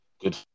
good